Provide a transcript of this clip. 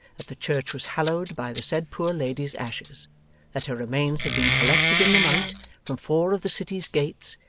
that the church was hallowed by the said poor lady's ashes that her remains had been collected in the night from four of the city's gates,